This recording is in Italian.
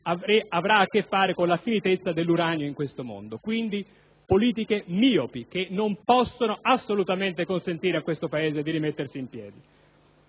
avrà a che fare con la finitezza dell'uranio in questo mondo. Si tratta quindi di politiche miopi, che non possono assolutamente permettere a questo Paese di rimettersi in piedi.